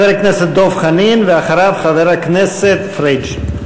חבר הכנסת דב חנין, ואחריו, חבר הכנסת פריג'.